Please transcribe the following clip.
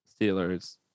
Steelers